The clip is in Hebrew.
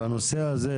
בנושא הזה,